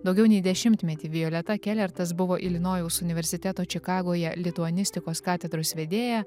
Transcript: daugiau nei dešimtmetį violeta kelertas buvo ilinojaus universiteto čikagoje lituanistikos katedros vedėja